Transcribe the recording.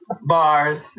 Bars